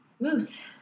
Moose